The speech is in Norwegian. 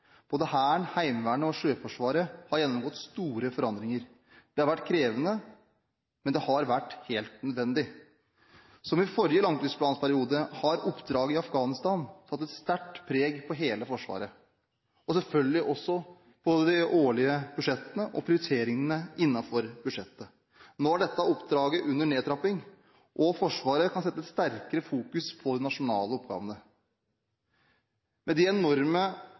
Både Hæren, Heimevernet og Sjøforsvaret har gjennomgått store forandringer. Det har vært krevende, men det har vært helt nødvendig. Som i forrige langtidsplanperiode har oppdraget i Afghanistan satt et sterkt preg på hele Forsvaret og selvfølgelig også på de årlige budsjettene og prioriteringene innenfor budsjettet. Nå er dette oppdraget under nedtrapping, og Forsvaret kan sette et sterkere fokus mot de nasjonale oppgavene. Med de enorme